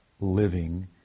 living